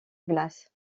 glace